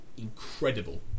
incredible